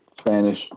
Spanish